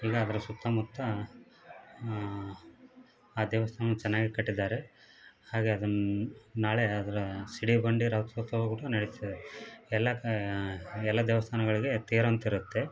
ಈಗ ಅದರ ಸುತ್ತಮುತ್ತ ಆ ದೇವಸ್ಥಾನ ಚೆನ್ನಾಗೆ ಕಟ್ಟಿದ್ದಾರೆ ಹಾಗೆ ಅದನ್ನು ನಾಳೆ ಅದರೆ ಸಿಡಿಬಂಡಿ ರಥೋತ್ಸವ ಕೂಡ ನಡಿತದೆ ಎಲ್ಲ ಎಲ್ಲ ದೇವಸ್ಥಾನಗಳಿಗೆ ತೇರಂತೆ ಇರುತ್ತೆ